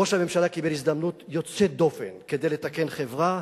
ראש הממשלה קיבל הזדמנות יוצאת דופן לתקן חברה,